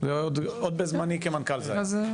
עוד בזמני כמנכ"ל זה היה.